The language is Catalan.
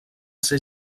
ser